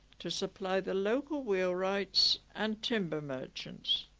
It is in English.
to supply the local wheelwrights and timber merchants